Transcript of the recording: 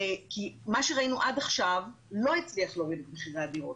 כי מה שראינו עד עכשיו לא הצליח להוריד את מחירי הדירות.